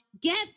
get